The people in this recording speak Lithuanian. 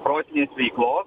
protinės veiklos